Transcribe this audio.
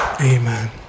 Amen